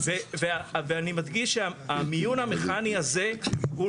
ואני מדגיש שהמיון המכני הזה הוא